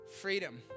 Freedom